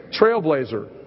Trailblazer